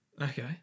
Okay